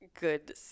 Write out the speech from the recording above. good